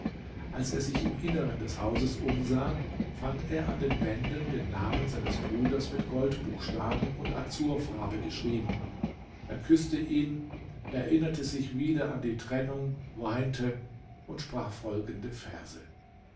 als er sich im inneren des hauses umsah fand er an den wänden den namen seines bruders mit goldbuchstaben und azurfarbe geschrieben er küßte ihn erinnerte sich wieder an die trennung weinte und sprach folgende verse